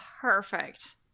perfect